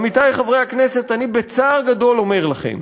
עמיתי חברי הכנסת, אני בצער גדול אומר לכם